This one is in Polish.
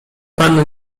panu